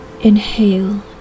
Inhale